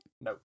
No